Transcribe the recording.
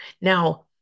Now